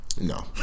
No